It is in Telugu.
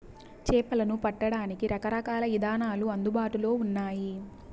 చేపలను పట్టడానికి రకరకాల ఇదానాలు అందుబాటులో ఉన్నయి